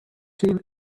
seen